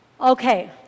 Okay